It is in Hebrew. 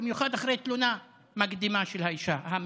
במיוחד אחרי תלונה מקדימה של האישה המאוימת?